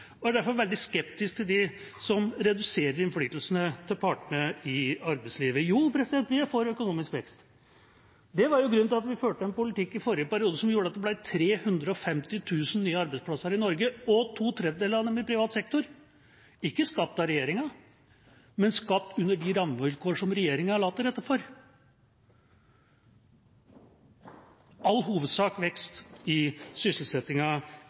vi er derfor veldig skeptisk til dem som reduserer innflytelsen til partene i arbeidslivet. Jo, vi er for økonomisk vekst. Det var jo grunnen til at vi førte en politikk i forrige periode som gjorde at det ble 350 000 nye arbeidsplasser i Norge og to tredjedeler av dem i privat sektor – ikke skapt av regjeringa, men skapt under de rammevilkår som regjeringa la til rette for, i all hovedsak vekst i